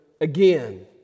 again